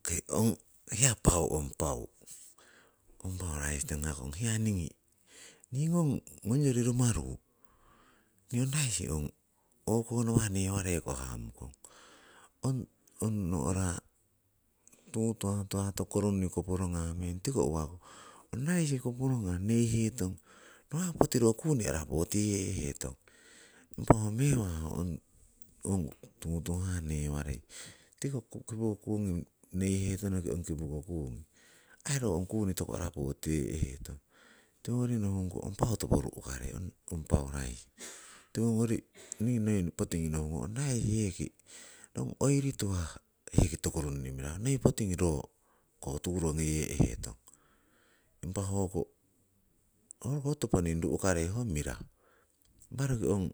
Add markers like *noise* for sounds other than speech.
Okei ong hiya ong paau ong raisi tangakong, hiya ningii nii ngong ngongyori rumaru nii ong raisi ong o'konowah newareiko hamukong, ong ong no'ra tuu tuhatuhah toku runni koporogahmeng, tiko uwako, ong raisi koporongah neihetong ro ho poti kuni arapotoye'hetong. Impa ho mewa ho ong, tuu tuhah newarei, tiko kipu kungi neihetonoki, ong kipoku kungi aii ro ong kuni toku arapo toyee'heton. Tiwongori nohungkong ong paau topo ru'karei ong paau raisi, *noise* tiwongori ningii noi potingi nohungong ong neki ong oiri tuhah heki tokurunni mirahu, ro koturo ngoyehetong. Impah hoko toponing ruhkarei oh mirahu, roki ong